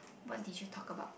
what did you talk about